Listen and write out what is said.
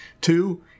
Two